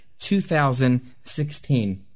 2016